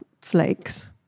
flakes